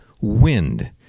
wind